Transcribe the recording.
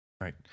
right